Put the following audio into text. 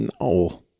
No